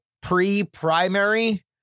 pre-primary